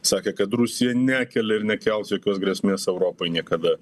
sakė kad rusija nekelia ir nekels jokios grėsmės europai niekada